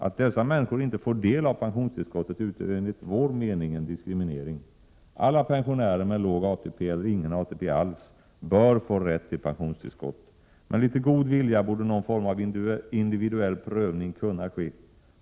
Att dessa människor inte får del av pensionstillskottet utgör enligt vår mening en diskriminering. Alla pensionärer med låg ATP eller ingen ATP alls bör få rätt till pensionstillskott. Med litet god vilja borde någon form av individuell prövning kunna ske.